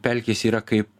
pelkės yra kaip